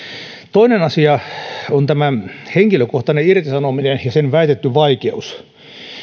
toinen asia on tämä henkilökohtainen irtisanominen ja sen väitetty vaikeus